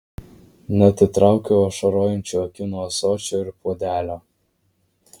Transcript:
neatitraukiau ašarojančių akių nuo ąsočio ir puodelio